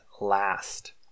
last